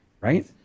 Right